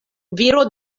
viro